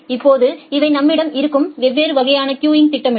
இப்போது இவை நம்மிடம் இருக்கும் வெவ்வேறு வகையான கியூங் திட்டமிடல்